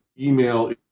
email